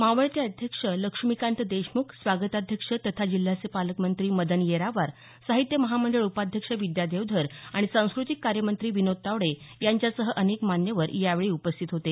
मावळते अध्यक्ष लक्ष्मीकांत देशमुख स्वागताध्यक्ष तथा जिल्ह्याचे पालकमंत्री मदन येरावार साहित्य महामंडळ उपाध्यक्ष विद्या देवधर आणि सांस्कृतिक कार्य मंत्री विनोद तावडे यांच्यासह अनेक मान्यवर यावेळी उपस्थित होते